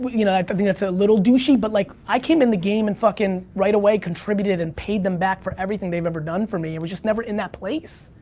but you know, like but it's a little douchey, but like, i came in the game, and fuckin', right away, contributed and paid them back for everything they've ever done for me. it was just never in that place.